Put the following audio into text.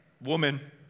woman